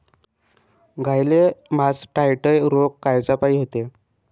गाईले मासटायटय रोग कायच्यापाई होते?